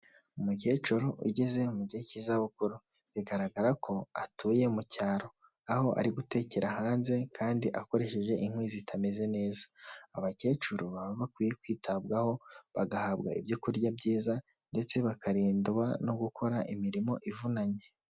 Umukecuru ugeze mu gihe cy'izabukuru, bigaragara ko atuye mu cyaro, aho ari gutekera hanze kandi akoresheje inkwi zitameze neza, abakecuru baba bakwiye kwitabwaho, bagahabwa ibyo kurya byiza, ndetse bakarindwa no gukora imirimo ivunanye.